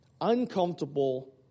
uncomfortable